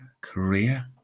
career